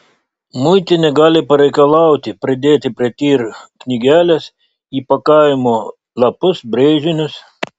muitinė gali pareikalauti pridėti prie tir knygelės įpakavimo lapus brėžinius